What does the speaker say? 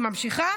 היא ממשיכה,